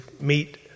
meet